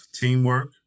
teamwork